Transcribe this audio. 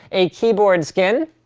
a keyboard skin,